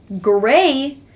gray